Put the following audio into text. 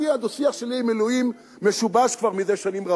הדו-שיח שלי עם אלוהים משובש כבר זה שנים רבות,